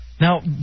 Now